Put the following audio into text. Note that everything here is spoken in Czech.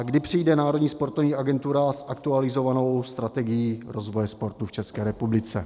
Kdy přijde Národní sportovní agentura s aktualizovanou strategií rozvoje sportu v České republice?